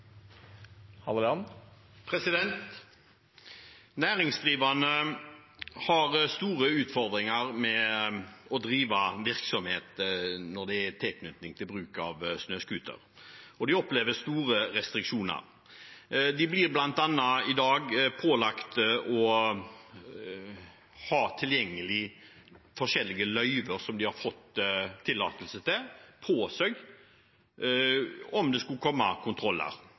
Næringsdrivende har store utfordringer med å drive virksomhet når det er i tilknytning til bruk av snøscooter, og de opplever store restriksjoner. De blir i dag bl.a. pålagt å ha forskjellige løyver for ting som de har fått tillatelse til, på seg og tilgjengelig, om det skulle komme kontroller.